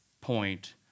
point